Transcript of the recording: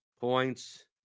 Points